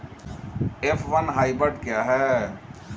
F one hybrid क्या है?